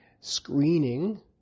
screening